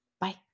bye